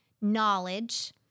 knowledge